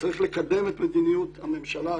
צריך לקדם את מדיניות הממשלה,